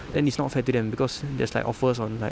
then it's not fair to them because there's like offers on like